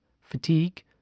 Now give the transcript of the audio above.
fatigue